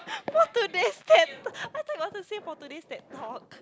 not today's stat I thought it was the same for today Ted Talk